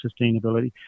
sustainability